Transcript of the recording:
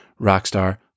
rockstar